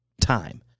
time